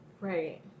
right